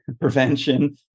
prevention